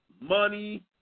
money